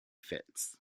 fits